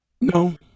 No